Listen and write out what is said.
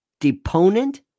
deponent